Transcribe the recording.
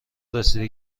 رسیده